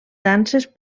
danses